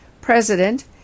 President